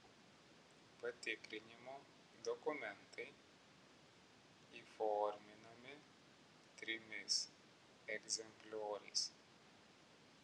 patikrinimo dokumentai įforminami trimis egzemplioriais